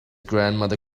grandma